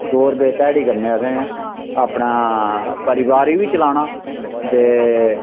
दो रपेऽ ध्याड़ी कन्नै असें अपना परिवार बी चलाना ते